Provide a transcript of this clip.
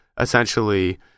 essentially